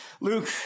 Luke